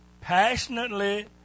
passionately